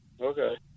Okay